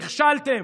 נכשלתם,